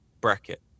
bracket